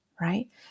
right